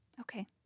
Okay